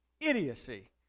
Idiocy